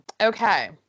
Okay